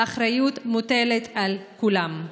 האחריות מוטלת על כולם.